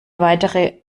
weitere